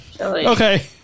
Okay